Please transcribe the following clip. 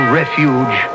refuge